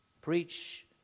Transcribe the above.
Preach